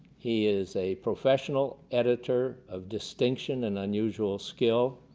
he is a professional editor of distinction and unusual skill.